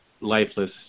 lifeless